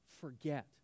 forget